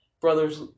brothers